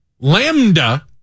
lambda